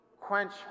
quench